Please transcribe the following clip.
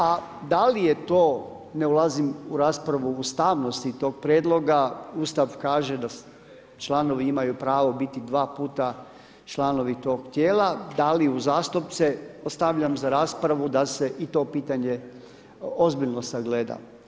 A da li je to, ne ulazim u raspravu ustavnosti tog prijedloga, Ustav kaže da članovi imaju pravo biti dva puta članovi tog tijela, da li uzastupce ostavljam za raspravu da se i to pitanje ozbiljno sagleda.